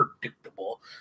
predictable